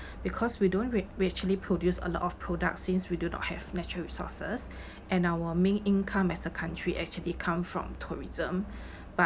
because we don't rea~ we actually produce a lot of products since we do not have natural resources and our main income as a country actually come from tourism but